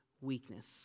weakness